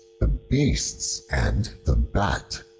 the beasts, and the bat